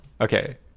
Okay